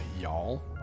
y'all